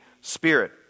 Spirit